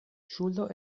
ŝuldo